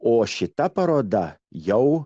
o šita paroda jau